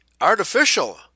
artificial